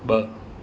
ब॒